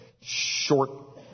short